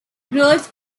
growth